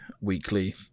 weekly